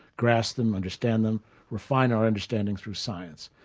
grasp them, understand them we find our understanding through science.